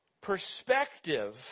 perspective